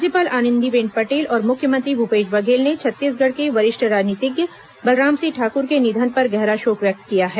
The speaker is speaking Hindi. राज्यपाल आंनदीबेन पटेल और मुख्यमंत्री भूपेश बघेल ने छत्तीसगढ़ के वरिष्ठ राजनीतिज्ञ बलराम सिंह ठाक्र के निधन पर गहरा शोक व्यक्त किया है